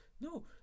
No